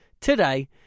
today